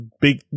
big